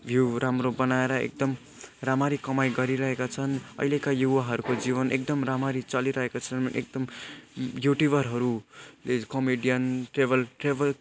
view राम्रो बनाएर एकदम राम्ररी कमाइ गरिरहेका छन् अहिलेका युवाहरूको जीवन एकदम राम्ररी चलिरहेको छन् एकदम युट्युबरहरूले कमेडियन ट्रेभल ट्रेभल